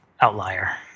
outlier